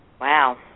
Wow